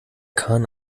kahn